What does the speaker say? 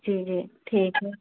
जी जी ठीक है